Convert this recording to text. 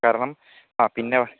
കാരണം ആ പിന്നെ